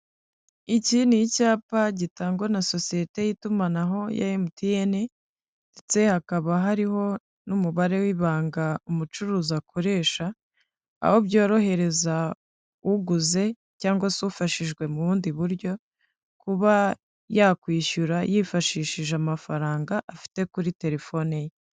Iki ni icyapa gitangwa na sosiyete y'itumanaho ya MTN ndetse hakaba hariho n'umubare w'ibanga umucuruzi akoresha aho byoroherezawuguze cyangwa se ufashijwe mu bundi buryo kuba yakwishyura yifashishije amafaranga afite kuri telefone ye.